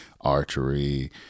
archery